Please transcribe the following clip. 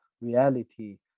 reality